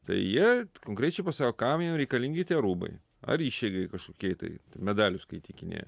tai jie knkrečiai pasako kam jiem reikalingi tie rūbai ar išeigai kažkokiai tai medalius kai įteikinėja